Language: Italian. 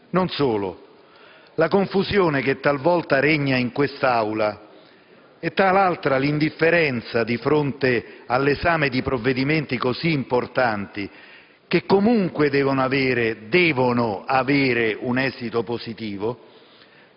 Non solo, la confusione che talvolta regna in quest'Aula e l'indifferenza dinanzi all'esame di provvedimenti così importanti, che comunque devono - lo sottolineo